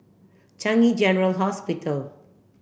Changi General Hospital